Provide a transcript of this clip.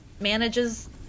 manages